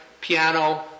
piano